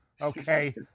Okay